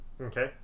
Okay